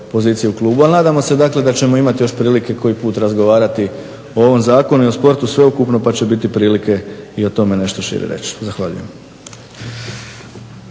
pozicije u klubu. Ali, nadamo se dakle da ćemo imati još prilike koji put razgovarati o ovom zakonu i o sportu sveukupnu pa će biti prilike i o tome nešto šire reći. Zahvaljujem.